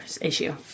issue